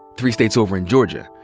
three states over in georgia,